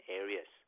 areas